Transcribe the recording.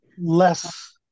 less